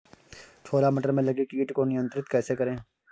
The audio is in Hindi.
छोला मटर में लगे कीट को नियंत्रण कैसे करें?